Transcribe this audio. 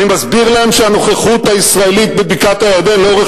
אני מסביר להם שהנוכחות הישראלית בבקעת-הירדן לאורך